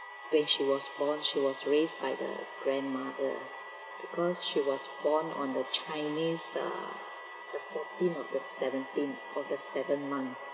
when she was born she was raised by the grandmother because she was born on the chinese ah the fourteenth or the seventeenth of the seventh month